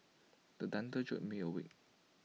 the thunder jolt me awake